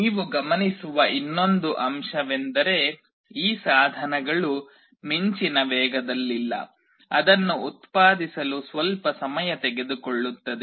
ನೀವು ಗಮನಿಸುವ ಇನ್ನೊಂದು ಅಂಶವೆಂದರೆ ಈ ಸಾಧನಗಳು ಮಿಂಚಿನ ವೇಗದಲ್ಲಿಲ್ಲ ಅದನ್ನು ಉತ್ಪಾದಿಸಲು ಸ್ವಲ್ಪ ಸಮಯ ತೆಗೆದುಕೊಳ್ಳುತ್ತದೆ